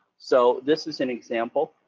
so this is an example.